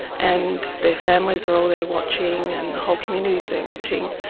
and their families are all there watching and the whole community is there watching.